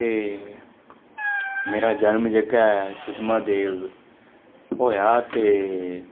ते मेरा जनम जेह्का सुद्द महादेव होएआ ते